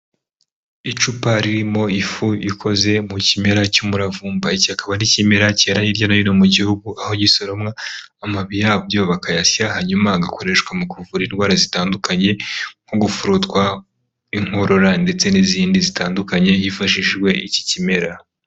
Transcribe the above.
Icupa ririmo ifu ikoze mu kimera cy'umuravumba, iki akaba ari ikimera cyera hirya no hino mu gihugu, aho gisoromwa amababi yabyo bakayasya, hanyuma agakoreshwa mu kuvura indwara zitandukanye, nko gufurutwa, inkorora, ndetse n'izindi zitandukanye, hifashishijwe iki kimera.